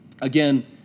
Again